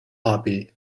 abbey